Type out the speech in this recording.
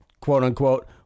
quote-unquote